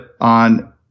on